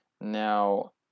Now